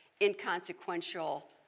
inconsequential